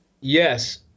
Yes